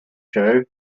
show